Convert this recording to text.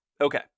Okay